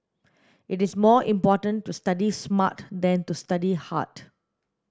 it is more important to study smart than to study hard